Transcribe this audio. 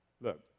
Look